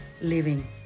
living